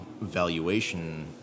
valuation